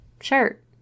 shirt